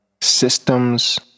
systems